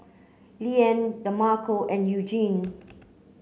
Leanne Demarco and Eugene